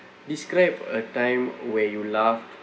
describe a time where you laugh